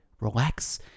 relax